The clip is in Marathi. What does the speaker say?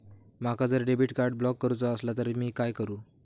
माका जर डेबिट कार्ड ब्लॉक करूचा असला तर मी काय करू?